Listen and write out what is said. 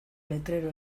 letrero